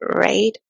right